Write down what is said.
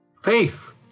Faith